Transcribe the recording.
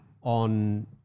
on